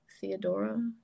Theodora